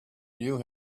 knew